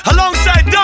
Alongside